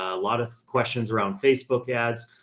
a lot of questions around facebook ads,